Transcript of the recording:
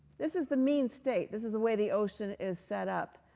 this is the mean state. this is the way the ocean is set up.